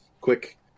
Quick